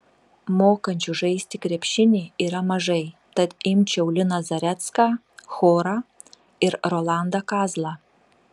mokančių žaisti krepšinį yra mažai tad imčiau liną zarecką chorą ir rolandą kazlą